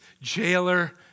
jailer